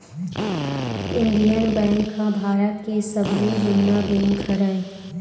Indian Bank ह भारत के सबले जुन्ना बेंक हरय